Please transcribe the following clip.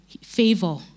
favor